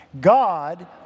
God